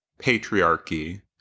patriarchy